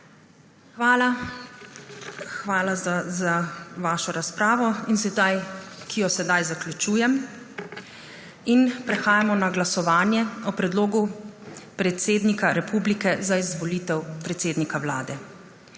Hvala za vašo razpravo, ki jo sedaj zaključujem. Prehajamo na glasovanje o predlogu predsednika republike za izvolitev predsednika Vlade.